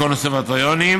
הקונסרבטוריונים,